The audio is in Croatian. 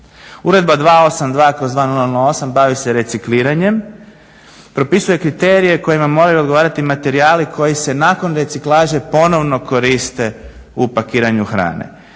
Uredba 282/2008. bavi se recikliranjem, propisuje kriterije kojim moraju odgovarati materijali koji se nakon reciklaže ponovno koriste u pakiranju hrane.